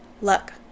luck